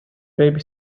baby